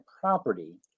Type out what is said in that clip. property